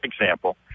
example